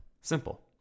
Simple